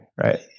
right